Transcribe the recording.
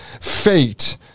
fate